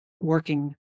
working